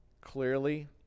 clearly